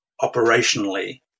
operationally